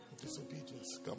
disobedience